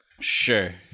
Sure